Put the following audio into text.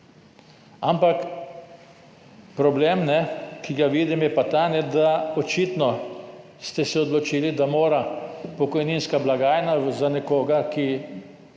Ampak problem, ki ga vidim, je pa ta, da ste se očitno odločili, da mora pokojninska blagajna za nekoga, ki